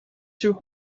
two